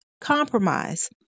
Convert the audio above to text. compromise